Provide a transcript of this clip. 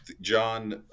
John